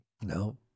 No